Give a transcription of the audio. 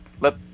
let